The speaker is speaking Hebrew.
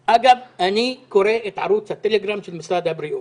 אגב, אני קורא את ערוץ הטלגרם של משרד הבריאות.